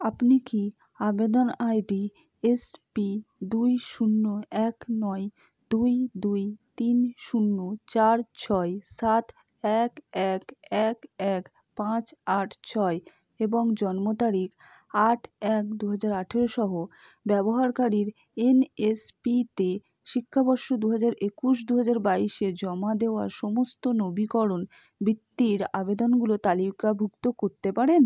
আপনি কি আবেদন আইডি এসপি দুই শূন্য এক নয় দুই দুই তিন শূন্য চার ছয় সাত এক এক এক এক পাঁচ আট ছয় এবং জন্ম তারিখ আট এক দু হাজার আঠেরো সহ ব্যবহারকারীর এনএসপিতে শিক্ষাবর্ষ দু হাজার একুশ দু হাজার বাইশে জমা দেওয়া সমস্ত নবীকরণ বৃত্তির আবেদনগুলো তালিকাভুক্ত করতে পারেন